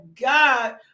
god